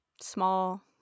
small